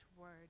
word